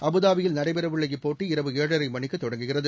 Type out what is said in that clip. அபுதாபியில் நடைபெறவுள்ள இப்போட்டி இரவு ஏழரை மணிக்கு தொடங்குகிறது